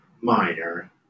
minor